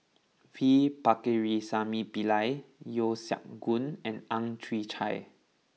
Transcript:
V Pakirisamy Pillai Yeo Siak Goon and Ang Chwee Chai